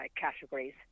categories